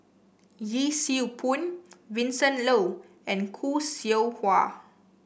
Yee Siew Pun Vincent Leow and Khoo Seow Hwa